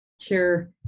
Sure